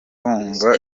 wumva